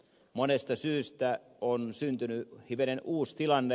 monesta syystä on syntynyt hivenen uusi tilanne